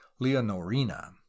Leonorina